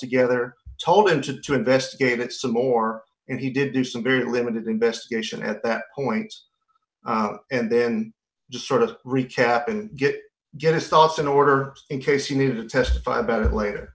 together told him to to investigate it some more and he did do some very limited investigation at that point and then just sort of recap and get get his thoughts in order in case you need to testify about it later